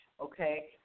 okay